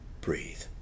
breathe